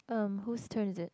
um whose turn is it